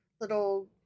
little